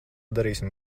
darīsim